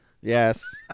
Yes